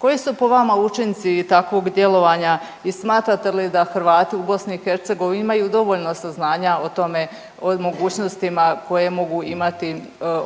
Koji su po vama učinci takvog djelovanja i smatrate li da Hrvati u BiH imaju dovoljno saznanja o tome, o mogućnostima koje mogu imati